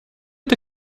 did